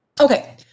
Okay